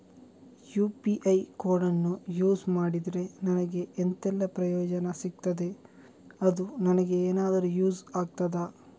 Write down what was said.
UPI ಕೋಡನ್ನು use ಮಾಡಿದ್ರೆ ನನಗೆ ಎಂಥೆಲ್ಲಾ ಪ್ರಯೋಜನ ಸಿಗ್ತದೆ, ಅದು ನನಗೆ ಎನಾದರೂ ಯೂಸ್ ಆಗ್ತದಾ?